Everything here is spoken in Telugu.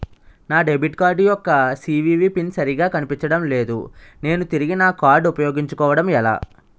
నా డెబిట్ కార్డ్ యెక్క సీ.వి.వి పిన్ సరిగా కనిపించడం లేదు నేను తిరిగి నా కార్డ్ఉ పయోగించుకోవడం ఎలా?